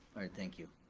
thank you.